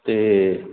ਤੇ